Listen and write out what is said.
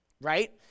right